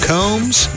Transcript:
Combs